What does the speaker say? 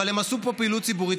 אבל הם עשו פה פעילות ציבורית,